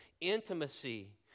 intimacy